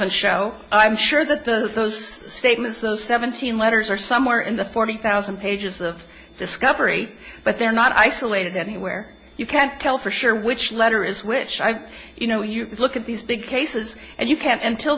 t show i'm sure that the those statements those seventeen letters are somewhere in the forty thousand pages of discovery but they're not isolated anywhere you can't tell for sure which letter is which i you know you look at these big cases and you can't until